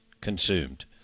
consumed